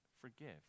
forgive